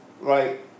right